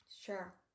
Sure